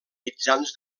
mitjans